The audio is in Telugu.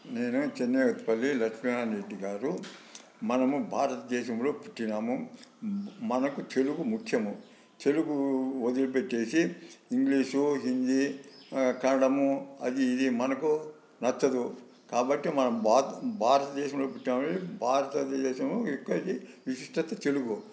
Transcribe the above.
నేను చెన్నేపల్లి లక్ష్మీనారాయణ రెడ్డి గారు మనము భారతదేశంలో పుట్టాము మనకు తెలుగు ముఖ్యము తెలుగు వదిలిపెట్టేసి ఇంగ్లీషు హిందీ కన్నడ అది ఇది మనకు నచ్చదు కాబట్టి మనం బాత్ భారతదేశంలో పుట్టామని భారత దేశము ఎక్కువ ఇది విశిష్టత తెలుగు